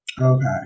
Okay